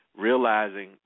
realizing